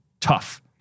tough